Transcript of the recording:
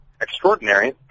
extraordinary